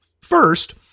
First